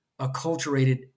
acculturated